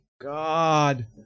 God